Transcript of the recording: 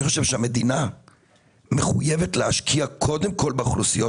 אני חושב שהמדינה מחויבת להשקיע קודם כל באוכלוסיות